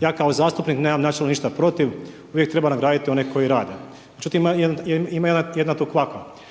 Ja kao zastupnik nema načelno ništa protiv, uvijek treba nagraditi one koji rade. Međutim ima jedna tu kvaka.